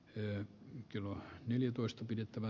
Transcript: höök kello neljätoista pidettävä